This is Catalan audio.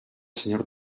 senyor